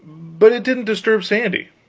but it didn't disturb sandy,